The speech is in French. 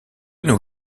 nos